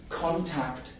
contact